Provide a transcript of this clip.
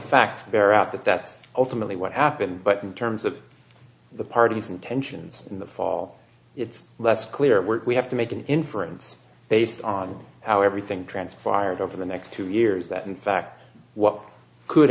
that's ultimately what happened but in terms of the party's intentions in the fall it's less clear were we have to make an inference based on how everything transpired over the next two years that in fact what could